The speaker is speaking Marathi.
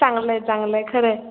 चांगलं आहे चांगलं आहे खरं आहे